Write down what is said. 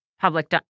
public